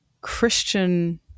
Christian